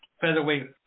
featherweight